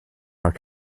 are